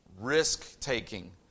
risk-taking